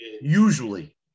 usually